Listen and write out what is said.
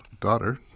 daughter